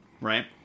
right